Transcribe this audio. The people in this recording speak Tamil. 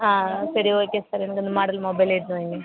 ஆ சரி ஓகே சார் எனக்கு இந்த மாடலு மொபைலே எடுத்து வையுங்க